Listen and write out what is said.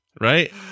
Right